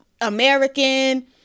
American